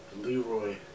Leroy